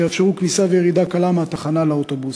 שיאפשרו כניסה וירידה קלה מהתחנה לאוטובוס,